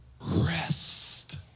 Rest